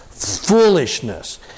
foolishness